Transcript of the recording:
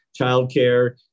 childcare